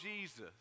jesus